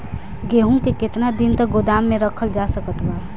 गेहूँ के केतना दिन तक गोदाम मे रखल जा सकत बा?